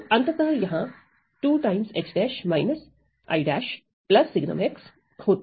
तो अंततः यह 2 H′ I′ sgn होता है